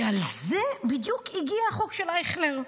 ועל זה בדיוק הגיע החוק של אייכלר.